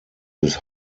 des